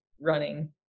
running